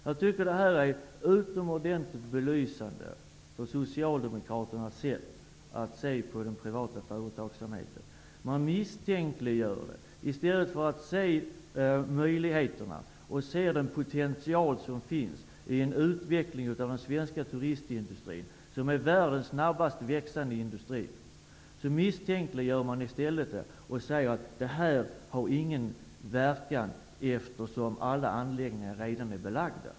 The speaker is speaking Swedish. Jag tycker att detta är utomordentligt belysande för Socialdemokraternas sätt att se på den privata företagsamheten. Man misstänkliggör den i stället för att se möjligheterna. Man ser inte den potential som finns i en utveckling av den svenska turistindustrin. Turistindustrin är världens snabbast växande industri. Man misstänkliggör i stället och säger: Detta har ingen verkan, eftersom alla anläggningar redan är belagda.